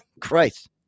Christ